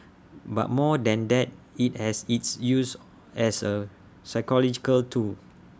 but more than that IT has its use as A psychological tool